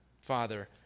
Father